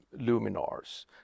Luminars